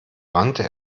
wandte